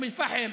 אום אל-פחם,